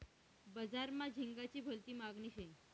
बजार मा झिंगाची भलती मागनी शे